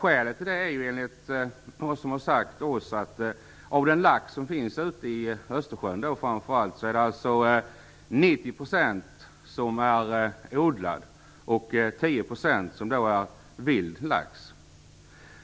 Skälet till det är, enligt vad som har sagts oss, att det av den lax som finns framför allt ute i Östersjön är 90 % som är odlad och 10 % som är vild.